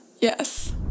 Yes